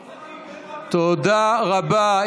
אזרחים נרצחים, תודה רבה.